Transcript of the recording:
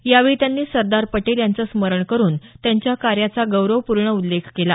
यावेळी त्यांनी सरदार पटेल यांचं स्मरण करुन त्यांच्या कार्याचा गौरवपूर्ण उल्लेख केला